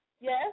Yes